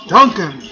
Duncan